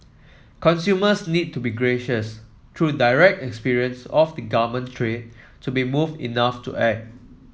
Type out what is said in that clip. consumers need to be conscious true direct experience of the garment trade to be moved enough to act